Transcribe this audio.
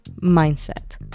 mindset